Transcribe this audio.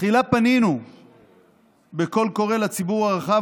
תחילה פנינו בקול קורא לציבור הרחב,